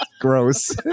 Gross